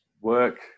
Work